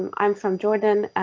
um i'm from jordan.